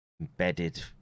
embedded